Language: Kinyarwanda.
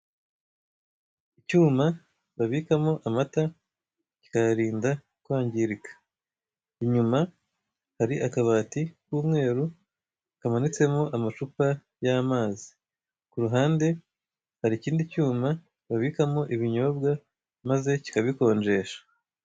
Icyuma babikamo amata kikayarinda kwangirika, inyuma hari akabati k'umweru kamanitsemo amacupa y'amazi. Ku ruhande hari ikindi cyuma babikamo ibinyobwa maze kikabikonjesha.